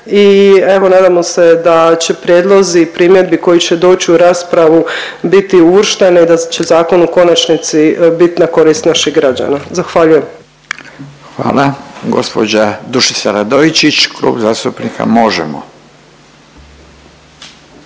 I evo nadamo se da će prijedlozi, primjedbe koji će doći u raspravu biti uvršteni i da će zakon u konačnici biti na korist naših građana. Zahvaljujem. **Radin, Furio (Nezavisni)** Hvala. Gospođa Dušica Radojčić, Klub zastupnika Možemo!